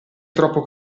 troppo